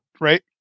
Right